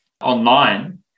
online